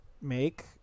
make